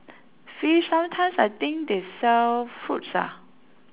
fish sometimes I think they sell fruits ah